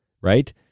right